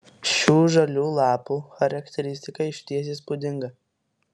šių žalių lapų charakteristika išties įspūdinga